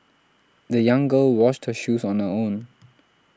the young girl washed her shoes on her own